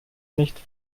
nicht